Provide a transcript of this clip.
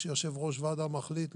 כשיו"ר ועדה מחליט,